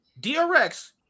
DRX